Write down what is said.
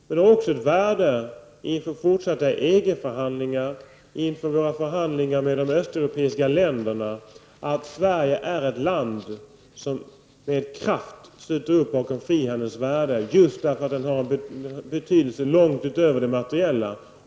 Men det har också ett värde inför fortsatta EG-förhandlingar och inför våra förhandlingar med de östeuropeiska länderna att Sverige är ett land som med kraft sluter upp bakom frihandeln just därför att den har betydelse långt utöver det materiella.